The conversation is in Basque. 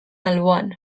alboan